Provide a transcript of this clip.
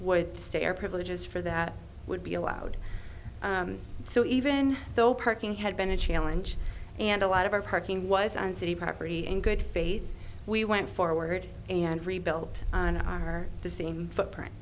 would stare privileges for that would be allowed so even though parking had been a challenge and a lot of our parking was on city property in good faith we went forward and rebuilt her the same footprint